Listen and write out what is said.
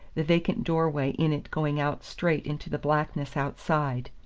the vacant door-way in it going out straight into the blackness outside.